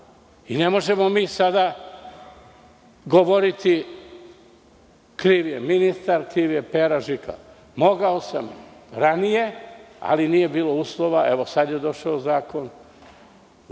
možemo mi sada govoriti – kriv je ministar, kriv je Pera, Žika itd. Mogao sam ranije, ali nije bilo uslova. Evo, sada je došao zakon